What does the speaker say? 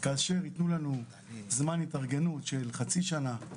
כאשר יתנו לנו זמן התארגנות של חצי שנה,